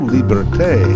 Liberté